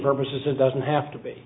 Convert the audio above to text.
purposes it doesn't have to be